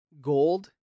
gold